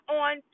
on